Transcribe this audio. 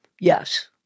Yes